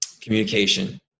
Communication